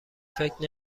فکر